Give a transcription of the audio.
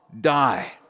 die